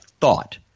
thought